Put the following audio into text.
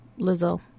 Lizzo